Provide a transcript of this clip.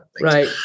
Right